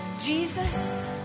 Jesus